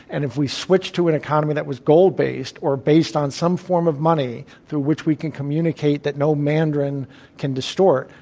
and if we switched to an economy that was gold-based or based on some form of money through which we can communicate that no mandarin can distort,